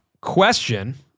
Question